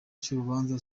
cy’urubanza